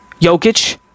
Jokic